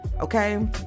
okay